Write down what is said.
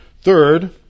Third